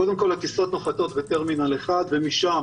קודם כל הטיסות נוחתות בטרמינל 1 ומשם